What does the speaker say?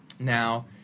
Now